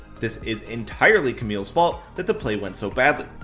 this is entirely camille's fault that the play went so badly.